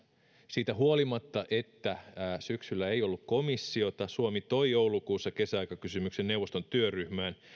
siitä huolimatta että syksyllä ei ollut komissiota suomi toi joulukuussa kesäaikakysymyksen neuvoston työryhmään